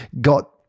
got